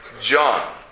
John